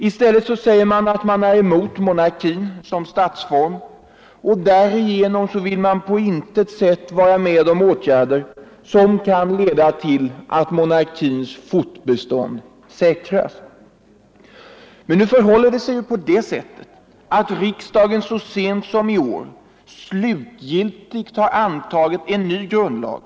I stället är man emot monarkin som statsform, och man vill på intet sätt vara med om åtgärder som kan leda till att monarkins fortbestånd säkras. Men det förhåller sig ju så att riksdagen så sent som i år slutgiltigt har antagit en ny författning.